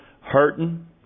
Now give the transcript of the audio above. hurting